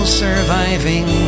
surviving